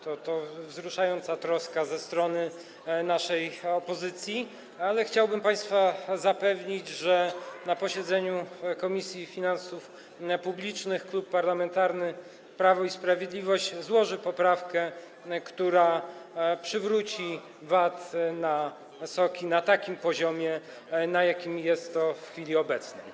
To wzruszająca troska ze strony naszej opozycji, ale chciałbym państwa zapewnić, że na posiedzeniu Komisji Finansów Publicznych Klub Parlamentarny Prawo i Sprawiedliwość złoży poprawkę, która przywróci VAT na soki, i będzie on na takim poziomie, na jakim jest to w chwili obecnej.